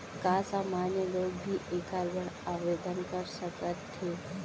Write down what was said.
का सामान्य लोग भी एखर बर आवदेन कर सकत हे?